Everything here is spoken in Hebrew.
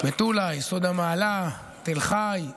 מטולה, יסוד המעלה, תל חי,